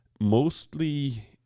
Mostly